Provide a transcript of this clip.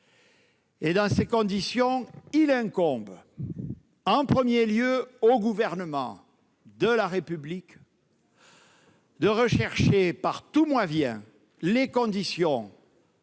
Dans ces conditions, il incombe en premier lieu au gouvernement de la République de chercher par tous les moyens les conditions de cette